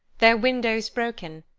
their windows broken,